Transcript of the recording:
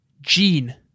Gene